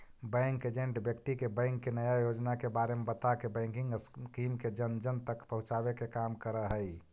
bank agent व्यक्ति के bank के नया योजना के बारे में बताके बैंकिंग स्कीम के जन जन तक पहुंचावे के काम करऽ हइ